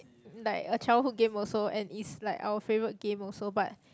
like a childhood game also and it's like our favourite game also but